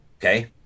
Okay